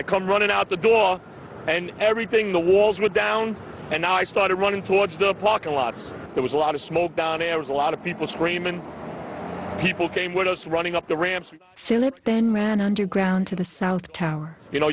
i come running out the door and everything the walls were down and i started running towards the parking lots there was a lot of smoke down there was a lot of people screaming people came when i was running up the ramp then ran underground to the south tower you know